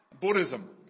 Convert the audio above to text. Buddhism